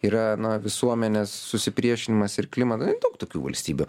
yra na visuomenės susipriešinimas ir klimatas daug tokių valstybių